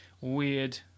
weird